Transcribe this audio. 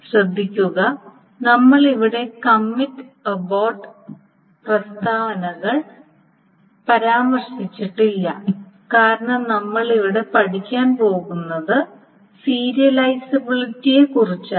ശ്രദ്ധിക്കുക നമ്മൾ ഇവിടെ കമ്മിറ്റ് അബോർട്ട് പ്രസ്താവനകൾ പരാമർശിച്ചിട്ടില്ല കാരണം നമ്മൾ ഇവിടെ പഠിക്കാൻ പോകുന്നത് സീരിയലൈസബിലിറ്റിയെക്കുറിച്ചാണ്